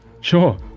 Sure